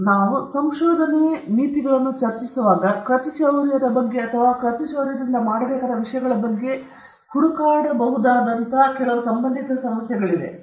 ಆದರೆ ನಾವು ಸಂಶೋಧನೆ ನೀತಿಗಳನ್ನು ಚರ್ಚಿಸುವಾಗ ಕೃತಿಚೌರ್ಯದ ಬಗ್ಗೆ ಅಥವಾ ಕೃತಿಚೌರ್ಯದಿಂದ ಮಾಡಬೇಕಾದ ವಿಷಯಗಳ ಬಗ್ಗೆ ನಾವು ಹುಡುಕಬಹುದಾದಂತಹ ಕೆಲವು ಸಂಬಂಧಿತ ಸಮಸ್ಯೆಗಳಿವೆ